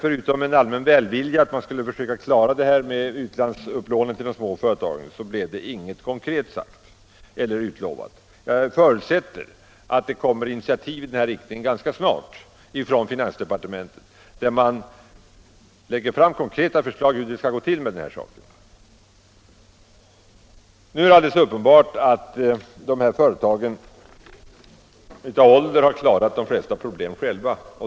Förutom en allmän välvilja till att man skulle försöka klara detta med utlandslånen till de små företagen blev ingenting konkret utlovat. Jag förutsätter dock att initiativ med konkreta förslag i denna riktning kommer ganska snart från finansdepartementet. Uppenbart är att de små företagen av ålder har klarat de flesta problemen själva.